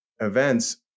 events